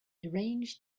deranged